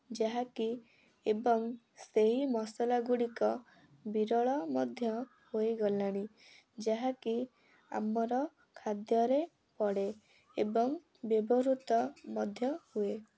ଯାହାକି ଏବଂ ସେହି ମସଲାଗୁଡ଼ିକ ବିରଳ ମଧ୍ୟ ହୋଇଗଲାଣି ଯାହାକି ଆମର ଖାଦ୍ୟରେ ପଡ଼େ ଏବଂ ବ୍ୟବହୃତ ମଧ୍ୟ ହୁଏ